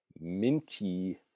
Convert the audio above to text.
minty